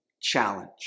challenge